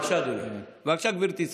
בבקשה, גברתי.